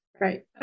Right